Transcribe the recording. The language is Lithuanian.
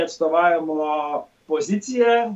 atstovavimo poziciją